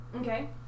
Okay